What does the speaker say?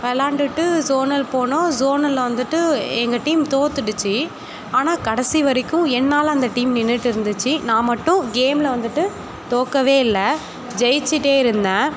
விளாண்டுட்டு ஜோனல் போனோம் ஜோனலில் வந்துட்டு எங்கள் டீம் தோற்றுடிச்சி ஆனால் கடைசி வரைக்கும் என்னால் அந்த டீம் நின்றுட்டு இருந்துச்சு நான் மட்டும் கேமில் வந்துட்டு தோற்கவே இல்லை ஜெயிச்சுட்டே இருந்தேன்